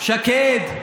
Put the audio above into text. שקד.